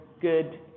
good